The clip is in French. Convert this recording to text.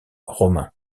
romain